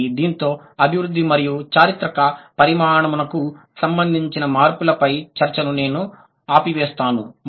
కాబట్టి దీనితో అభివృద్ధి మరియు చారిత్రక పరిణామమునకు సంబంధించిన మార్పులపై చర్చను నేను ఆపివేస్తాను